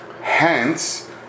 Hence